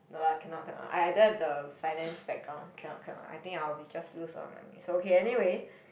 no lah cannot cannot I I don't have the finance background cannot cannot I think I will be just lose a lot of money so okay anyway